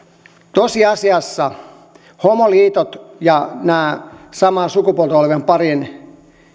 tosiasiassa homoliitot ja nämä samaa sukupuolta olevien parien